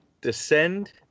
descend